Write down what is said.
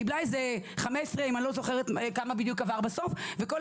קיבלה איזה 15 מיליון ₪ אם אני זוכרת נכון,